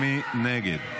מי נגד?